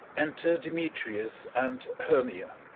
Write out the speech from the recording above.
enter demetrius and hermia